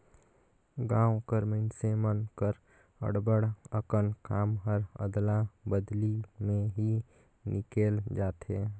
गाँव कर मइनसे मन कर अब्बड़ अकन काम हर अदला बदली में ही निकेल जाथे